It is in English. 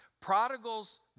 Prodigals